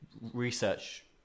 research